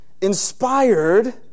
Inspired